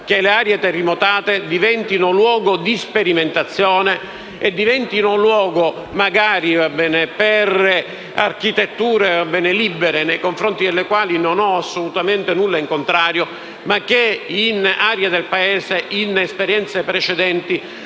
che le aree terremotate diventino luoghi di sperimentazione e, magari, un luogo di architetture libere, nei confronti delle quali non ho assolutamente nulla in contrario ma che, in aree del Paese e in esperienze precedenti,